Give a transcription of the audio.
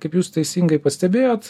kaip jūs teisingai pastebėjot